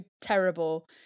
terrible